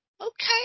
okay